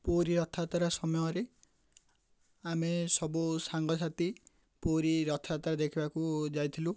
ପୁରୀ ରଥଯାତ୍ରା ସମୟରେ ଆମେ ସବୁ ସାଙ୍ଗସାଥି ପୁରୀ ରଥଯାତ୍ରା ଦେଖିବାକୁ ଯାଇଥିଲୁ